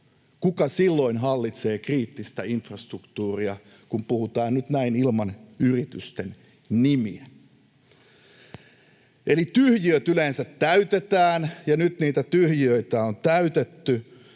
Kuka silloin hallitsee kriittistä infrastruktuuria, kun puhutaan nyt näin ilman yritysten nimiä? Eli tyhjiöt yleensä täytetään, ja nyt niitä tyhjiöitä on täytetty,